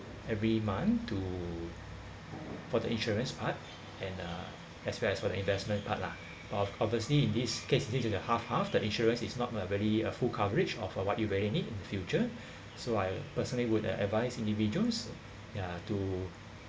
every month to for the insurance part and uh as well as for the investment part lah ob~ obviously in this case due to the half half the insurance is not uh very uh full coverage of uh what you very need in future so I personally would advise individuals yeah to